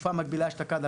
בתקופה המקבילה אשתקד,